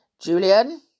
Julian